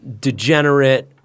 degenerate